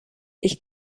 ich